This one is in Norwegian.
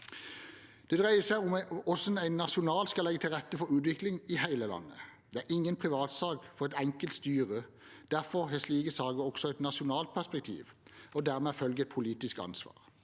Det dreier seg om hvordan en nasjonalt skal legge til rette for utvikling i hele landet. Det er ingen privatsak for et enkelt styre. Derfor har slike saker også et nasjonalt perspektiv, og dermed følger et politisk ansvar.